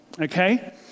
Okay